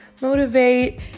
Motivate